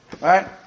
Right